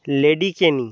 লেডিকেনি